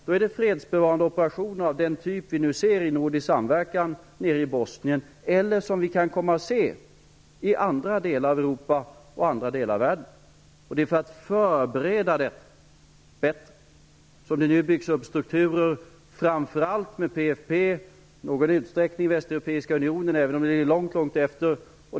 Det blir fredsbevarande operationer av den typ som vi nu ser i nordisk samverkan i Bosnien som vi kan komma att se i andra delar av Europa och i andra delar av världen. Det är för att förbereda detta bättre som det nu byggs upp strukturer, framför allt av PFP och i någon utsträckning av Västeuropeiska unionen, även om den ligger långt efter.